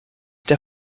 der